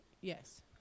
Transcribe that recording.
Yes